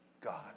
God